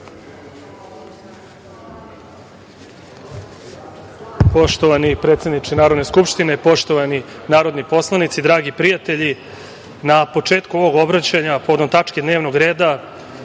Poštovani predsedniče Narodne skupštine, poštovani narodni poslanici, dragi prijatelji, na početku ovog obraćanja povodom tačke dnevnog reda